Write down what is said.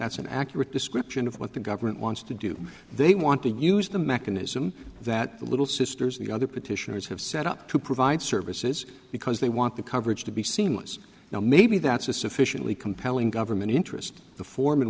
that's an accurate description of what the government wants to do they want to use the mechanism that the little sisters the other petitioners have set up to provide services because they want the coverage to be seamless now maybe that's a sufficiently compelling government interest in the for